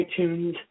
iTunes